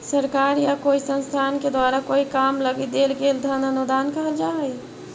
सरकार या कोई संस्थान के द्वारा कोई काम लगी देल गेल धन अनुदान कहल जा हई